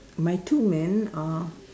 my two men are